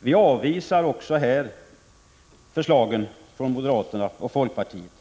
Vi avvisar också härvidlag förslagen från moderaterna och folkpartiet.